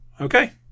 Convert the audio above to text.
okay